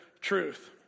truth